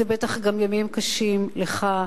אלה בטח גם ימים קשים לך.